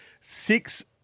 six